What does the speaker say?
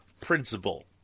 principle